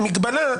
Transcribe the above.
מוגבלות,